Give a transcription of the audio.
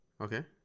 Okay